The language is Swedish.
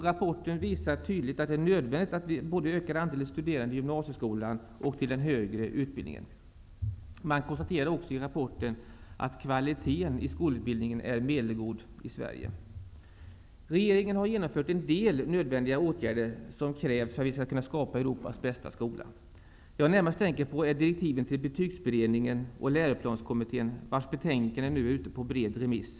Rapporten visar tydligt att det är nödvändigt att vi ökar andelen studerande både i gymnasieskolan och till högre utbildning. Man konstaterar också i rapporten att kvaliteten i skolutbildningen är medelgod i Sverige. Regeringen har genomfört en del av de nödvändiga åtgärder som krävs för att vi skall kunna skapa Europas bästa skola. Det jag närmast tänker på är direktiven till betygsberedningen och läroplanskommittén vars betänkanden nu är ute på en bred remiss.